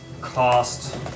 Cost